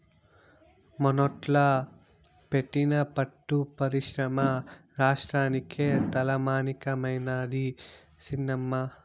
మనోట్ల పెట్టిన పట్టు పరిశ్రమ రాష్ట్రానికే తలమానికమైనాది సినమ్మా